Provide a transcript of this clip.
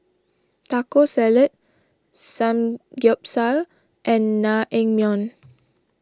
Taco Salad Samgeyopsal and Naengmyeon